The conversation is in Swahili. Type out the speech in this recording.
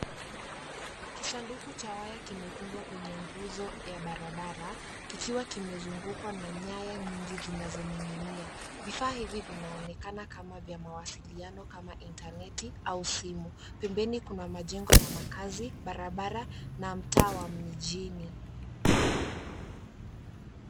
Kisanduku cha waya kimefungwa kwenye nguzo ya barabara, kikiwa kimezungukwa na nyaya nyingi zinazoning'inia. Vifaa hivi vinaonekana kama vya mawasiliano kama intaneti, au simu. Pembeni kuna majengo ya makazi, barabara, na mtaa wa mijini.